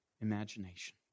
imagination